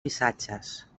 missatges